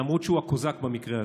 למרות שהוא הקוזק במקרה הזה,